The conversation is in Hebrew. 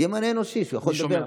ויהיה מענה אנושי שהוא יכול לדבר איתו.